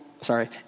sorry